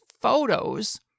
photos